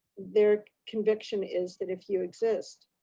their conviction is that if you exist,